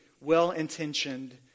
well-intentioned